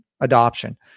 adoption